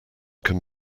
can